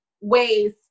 ways